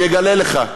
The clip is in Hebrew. אני אגלה לך,